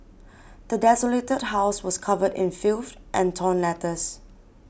the desolated house was covered in filth and torn letters